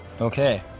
Okay